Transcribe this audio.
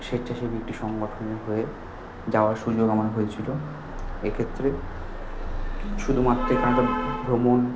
স্বেচ্ছাসেবী একটি সংগঠনের হয়ে যাওয়ার সুযোগ আমার হয়েছিলো এ ক্ষেত্রে শুধুমাত্র এখানকার ভ্রমণ